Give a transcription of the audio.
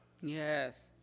Yes